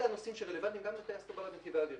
אלה הנושאים שרלוונטיים גם לטייס תובלה בנתיבי אוויר.